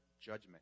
judgment